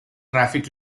traffic